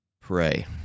Pray